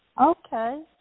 Okay